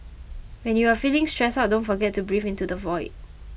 when you are feeling stressed out don't forget to breathe into the void